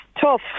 tough